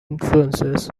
influences